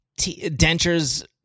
dentures